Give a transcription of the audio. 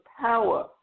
power